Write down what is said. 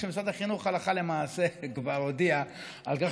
שמשרד החינוך הלכה למעשה כבר הודיע על כך